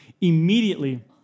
immediately